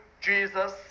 Jesus